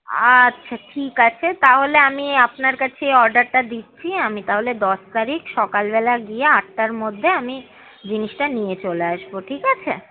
আচ্ছা ঠিক আছে তাহলে আমি আপনার কাছে অর্ডারটা দিচ্ছি আমি তাহলে দশ তারিখ সকালবেলা গিয়ে আটটার মধ্যে আমি জিনিসটা নিয়ে চলে আসবো ঠিক আছে